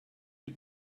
you